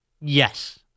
yes